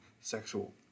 sexual